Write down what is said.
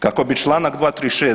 Kako bi čl. 236.